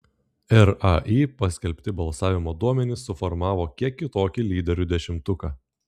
rai paskelbti balsavimo duomenys suformavo kiek kitokį lyderių dešimtuką